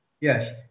yes